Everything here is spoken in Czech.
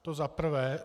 To za prvé.